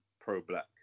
pro-black